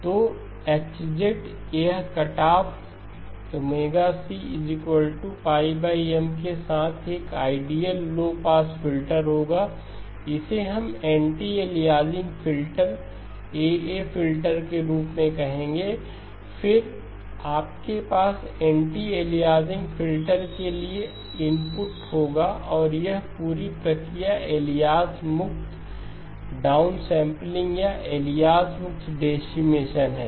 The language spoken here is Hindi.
तो H यह कट ऑफ ωc πM के साथ एक आइडियल लो पास फिल्टर होगा इसे हम anti aliasing filter AA filter के रूप में कहेंगे और फिर आपके पास एंटी अलियासिंग फिल्टर के लिए इनपुट होगा और यह पूरी प्रक्रिया अलियास मुक्त डाउनसैंपलिंग या अलियास मुक्त डेसिमेशन है